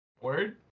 Word